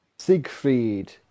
Siegfried